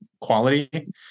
quality